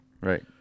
right